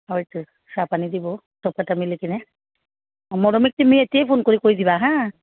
হয়টো চাহপানী দিব চবকেইটা মিলি কিনে মৰমীক তুমি এতিয়াই ফোন কৰি কৈ দিবা হা